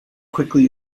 quickly